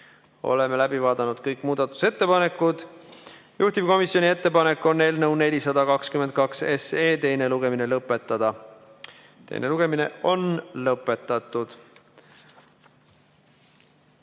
Oleme läbi vaadanud kõik muudatusettepanekud. Juhtivkomisjoni ettepanek on eelnõu 422 teine lugemine lõpetada. Teine lugemine on lõpetatud.